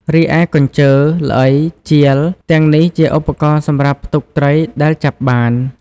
រីឯកញ្ជើ ល្អី ជាល ទាំងនេះជាឧបករណ៍សម្រាប់ផ្ទុកត្រីដែលចាប់បាន។